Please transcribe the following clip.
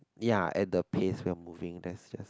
ya at the pace where moving that's just